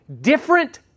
different